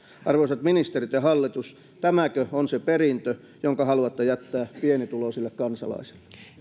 arvoisat ministerit ja hallitus tämäkö on se perintö jonka haluatte jättää pienituloisille kansalaisille